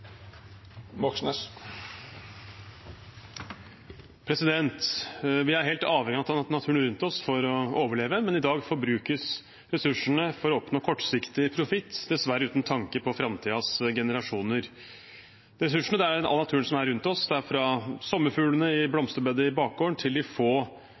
Vi er helt avhengige av naturen rundt oss for å overleve, men i dag forbrukes ressursene for å oppnå kortsiktig profitt, dessverre uten tanke på framtidens generasjoner. Ressursene er all naturen som er rundt oss, fra sommerfuglene i blomsterbedet i bakgården til de få